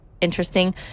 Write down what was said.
interesting